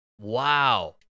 Wow